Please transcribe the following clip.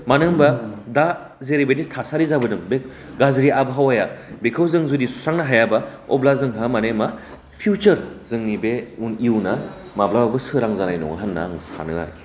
मानो होनब्ला दा जेरैबायदि थासारि जाबोदों बे गाज्रि आबहावाया बेखौ जों जुदि सुस्रांनो हायाब्ला अब्ला जोंहा माने मा फिउसार जोंनि बे उन इयुना माब्लाबाबो सोरां जानाय नङा होनना आं सानो आरखि